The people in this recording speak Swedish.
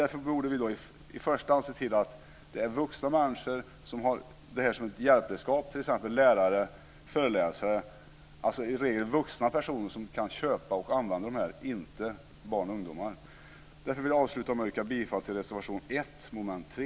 Därför borde vi i första hand se till att det är vuxna människor som har det här som ett hjälpredskap, t.ex. lärare och föreläsare, alltså att det i regel är vuxna personer som kan köpa och använda de här laserpekarna och inte barn och ungdomar. Därför vill jag avsluta med att yrka bifall till reservation 1 under moment 3.